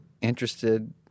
interested